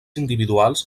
individuals